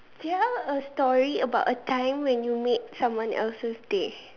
tell a story about a time when you made someone else's day